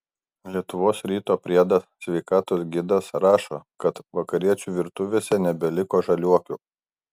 lietuvos ryto priedas sveikatos gidas rašo kad vakariečių virtuvėse nebeliko žaliuokių